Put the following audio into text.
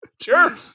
sure